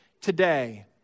today